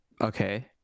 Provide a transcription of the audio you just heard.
Okay